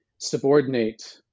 subordinate